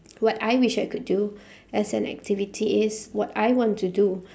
what I wish I could do as an activity is what I want to do